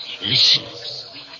Listen